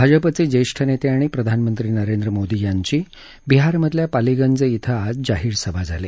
भाजपाचे ज्येष्ठ नेते आणि प्रधानमंत्री नरेंद्र मोदी यांची बिहारमधल्या पालीगंज इथं आज जाहीर सभा झाली